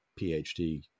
phd